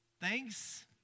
thanks